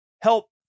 help